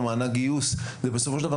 או מענק גיוס ובסופו של דבר,